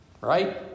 right